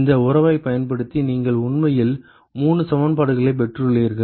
இந்த உறவைப் பயன்படுத்தி நீங்கள் உண்மையில் 3 சமன்பாடுகளைப் பெற்றுள்ளீர்கள்